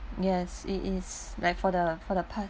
yes it is like for the for the pass